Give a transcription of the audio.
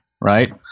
right